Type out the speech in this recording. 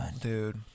dude